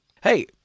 Hey